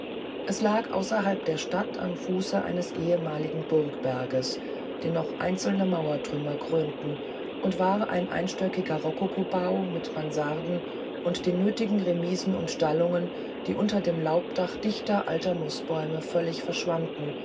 es lag außerhalb der stadt am fuße eines ehemaligen burgberges den noch einzelne mauertrümmer krönten und war ein einstöckiger rokokobau mit mansarde und den nötigen remisen und stallungen die unter dem laubdach herrlicher alter nußbäume völlig verschwanden